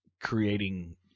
creating